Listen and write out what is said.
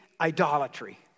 idolatry